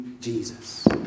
Jesus